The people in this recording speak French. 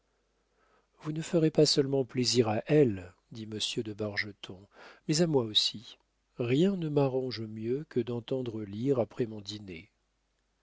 vous ne ferez pas seulement plaisir à elle dit monsieur de bargeton mais à moi aussi rien ne m'arrange mieux que d'entendre lire après mon dîner